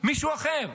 מישהו אחר, מישהו אחר.